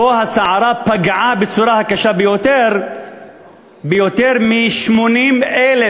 שבו הסערה פגעה בצורה הקשה ביותר ביותר מ-80,000